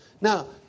Now